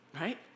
right